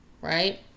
Right